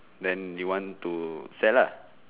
then you want to sell lah